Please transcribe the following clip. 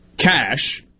Cash